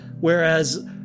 Whereas